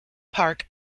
park